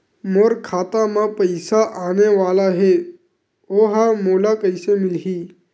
मोर खाता म पईसा आने वाला हे ओहा मोला कइसे मिलही?